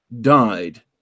died